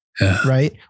right